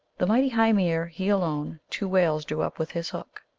the mighty hymir, he alone two whales drew up with his hook.